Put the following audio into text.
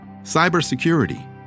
cybersecurity